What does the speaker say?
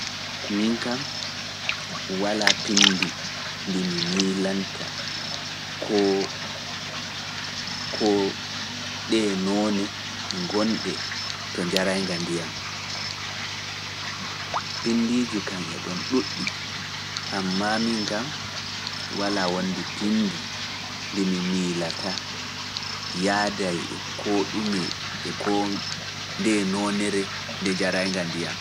Min kam walaa pinndi ndi mi miilanta koo ɗee noone gonɗe to njarayinga ndiyam mi miilataa, none feere de yaada e koo nde noonere nde jaraynga ndiyam.